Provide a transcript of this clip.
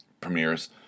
premieres